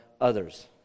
others